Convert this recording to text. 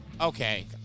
okay